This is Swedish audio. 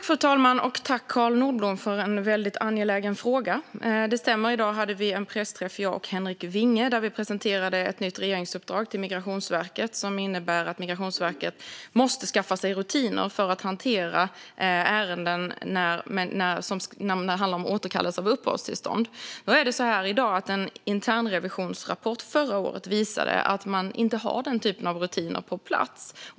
Fru talman! Tack, Carl Nordblom, för en väldigt angelägen fråga! Det stämmer att vi i dag hade en pressträff jag och Henrik Vinge där vi presenterade ett nytt regeringsuppdrag till Migrationsverket. Det innebär att Migrationsverket måste skaffa sig rutiner för att hantera ärenden som handlar om återkallelse av uppehållstillstånd. En internrevisionsrapport förra året visade att man inte har den typen av rutiner på plats.